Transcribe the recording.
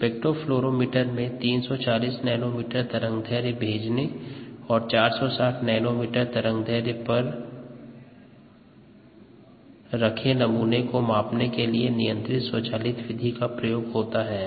spectrofluorometer में 340 nanometre तरंगदैर्ध्य भेजने और 460 नैनोमीटर तरंगदैर्ध्य पर में रखे नमूने को मापने के लिए नियंत्रित स्वचालित विधि का प्रयोग होता है